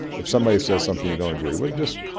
if somebody says something you don't agree with, just